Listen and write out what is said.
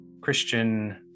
Christian